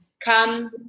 come